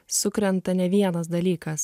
sukrenta ne vienas dalykas